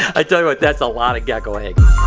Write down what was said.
i tell you what, that's a lot of gecko eggs.